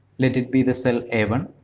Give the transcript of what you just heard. let it be the cell a one.